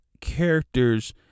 characters